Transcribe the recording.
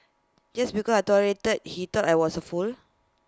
just because I tolerated he thought I was A fool